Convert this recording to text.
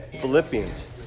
Philippians